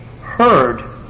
heard